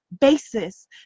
basis